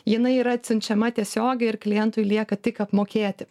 jinai yra atsiunčiama tiesiogiai ir klientui lieka tik apmokėti